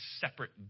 separate